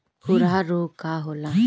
खुरहा रोग का होला?